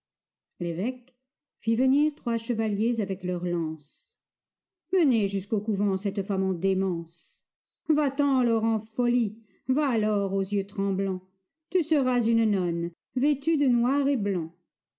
l'évêque fit venir trois chevaliers avec leurs lances menez jusqu'au couvent cette femme en démence va-t'en lore en folie va lore aux yeux tremblants tu seras une nonne vêtue de noir et blanc